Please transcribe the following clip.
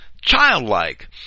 childlike